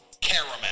Caramel